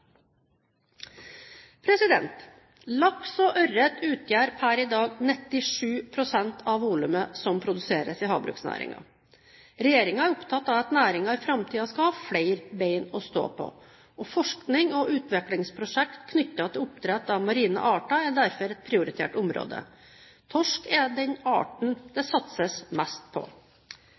Laks og ørret utgjør per i dag 97 pst. av volumet som produseres i havbruksnæringen. Regjeringen er opptatt av at næringen i framtiden skal ha flere bein å stå på, og forskning og utviklingsprosjekter knyttet til oppdrett av marine arter er derfor et prioritert område. Torsk er den arten det satses mest på.